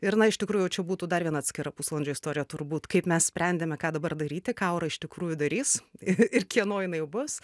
ir na iš tikrųjų jau čia būtų dar viena atskira pusvalandžio istorija turbūt kaip mes sprendėme ką dabar daryti ką aura iš tikrųjų darys ir kieno jinai jau bus